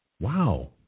Wow